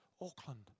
Auckland